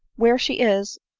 where she is,